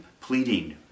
pleading